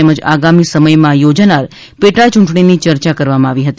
તેમજ આગામી સમયમાં યોજાનાર પેટાયૂંટણીની ચર્ચા કરવામાં આવી હતી